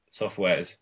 softwares